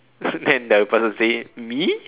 then the person say me